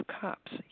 Cups